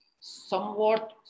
somewhat